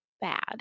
bad